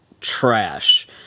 trash